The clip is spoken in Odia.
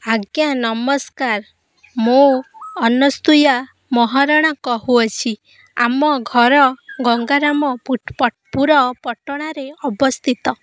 ଆଜ୍ଞା ନମସ୍କାର ମୁଁ ଅନସୂୟା ମହାରଣା କହୁଅଛି ଆମ ଘର ଗଙ୍ଗାରାମ ପୁର ପଟଣାରେ ଅବସ୍ଥିତ